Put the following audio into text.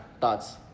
thoughts